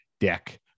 deck